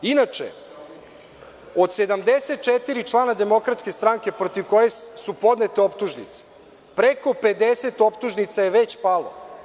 Inače, od 74 člana Demokratske stranke protiv kojih su podnete optužnice, preko 50 optužnica je već palo.